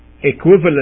equivalent